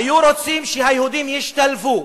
היו רוצים שהיהודים ישתלבו.